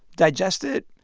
digest it,